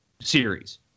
series